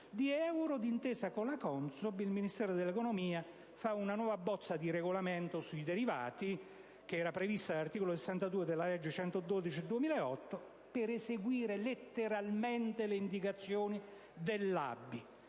di euro, d'intesa con la CONSOB, il Ministero dell'economia prepara una nuova bozza di regolamento sui derivati, previsto dall'articolo 62 della legge n. 112 del 2008, per eseguire letteralmente le indicazioni dell'ABI.